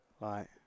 Right